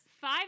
Five